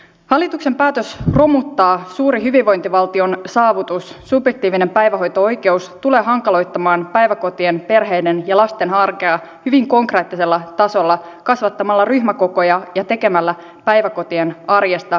hallituksen päätös romuttaa suuri hyvinvointivaltion saavutus subjektiivinen päivähoito oikeus tulee hankaloittamaan päiväkotien perheiden ja lasten arkea hyvin konkreettisella tasolla kasvattamalla ryhmäkokoja ja tekemällä päiväkotien arjesta sirpaleista